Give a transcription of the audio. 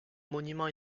monument